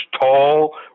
tall